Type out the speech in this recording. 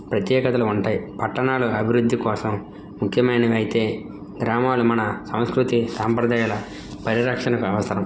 ప్రత్యేకతలు ఉంటాయి పట్టణాలు అభివృద్ధి కోసం ముఖ్యమైనవైతే గ్రామాలు మన సంస్కృతి సాంప్రదాయాల పరిరక్షణకు అవసరం